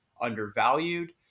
undervalued